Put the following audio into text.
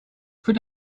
put